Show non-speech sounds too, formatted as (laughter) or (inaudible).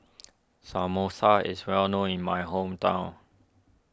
(noise) Samosa is well known in my hometown